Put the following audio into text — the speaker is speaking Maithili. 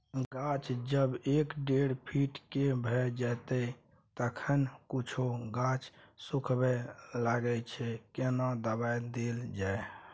गाछ जब एक डेढ फीट के भ जायछै तखन कुछो गाछ सुखबय लागय छै केना दबाय देल जाय?